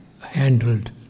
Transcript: handled